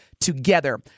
together